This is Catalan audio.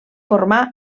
formar